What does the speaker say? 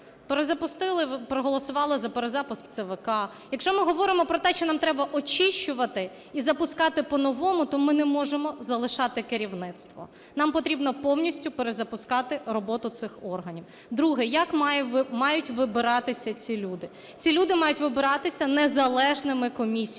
перезапустили, проголосували за перезапуск ЦВК, якщо ми говоримо про те, що нам треба очищувати і запускати по-новому, то ми не можемо залишати керівництво, нам потрібно повністю перезапускати роботу цих органів. Друге. Як мають вибиратися ці люди? Ці люди мають вибиратися незалежними комісіями.